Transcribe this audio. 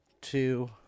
two